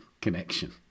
connection